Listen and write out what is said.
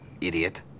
idiot